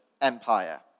Empire